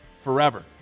forever